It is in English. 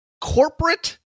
corporate